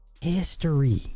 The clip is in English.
history